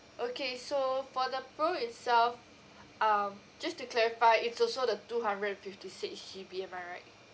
okay so for the pro itself um just to clarify it's also the two hundred and fifty six G_B am I right